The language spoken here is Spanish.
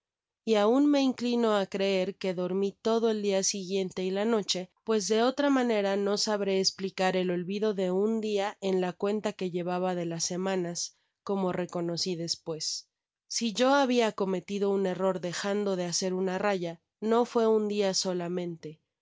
y aun me inclino á creer que dormi todo el dia siguiente y la noche pues de otra manera no sabré esplicar el olvido de un dia en la cuenta que llevaba de las semanas como reconoci despues si yo habia cometido un error dejando de hacer una rayaj no fué un dia solamente fuese lo que